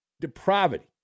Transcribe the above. depravity